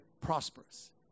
prosperous